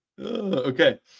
Okay